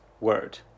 word